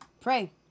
pray